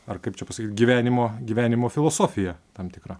ar kaip čia pasakyt gyvenimo gyvenimo filosofija tam tikra